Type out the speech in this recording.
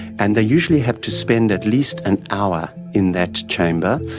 and they usually have to spend at least an hour in that chamber,